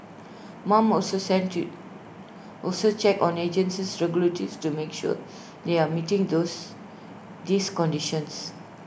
mom also thank to also checks on agencies regularly to make sure they are meeting those these conditions